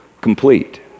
complete